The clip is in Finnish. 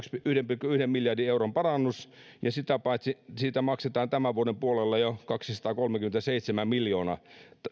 yhden miljardin euron parannus ja sitä paitsi siitä maksetaan tämän vuoden puolella jo kaksisataakolmekymmentäseitsemän miljoonaa